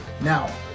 Now